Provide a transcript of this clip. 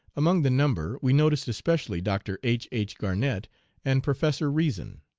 among the number we noticed especially dr. h. h. garnett and processor reason.